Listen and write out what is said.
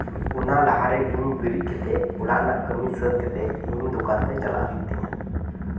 ᱚᱱᱟ ᱞᱟᱦᱟᱨᱮ ᱤᱧ ᱵᱮᱨᱮᱫ ᱠᱟᱛᱮᱫ ᱚᱲᱟᱜ ᱨᱮᱭᱟᱜ ᱠᱟᱹᱢᱤ ᱥᱟᱹᱛ ᱠᱟᱛᱮᱫ ᱤᱧ ᱫᱚᱠᱟᱱ ᱛᱮ ᱪᱟᱞᱟᱜ ᱦᱩᱭᱩᱜ ᱛᱤᱧᱟᱹ